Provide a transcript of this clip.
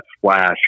flash